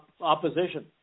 opposition